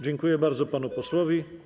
Dziękuję bardzo panu posłowi.